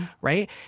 right